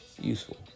useful